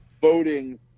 voting